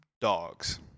dogs